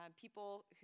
people